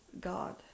God